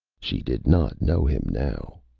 she did not know him now.